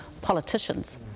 politicians